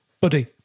buddy